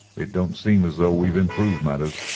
it don't seem as though we've improved matters.